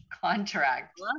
contract